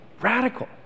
radical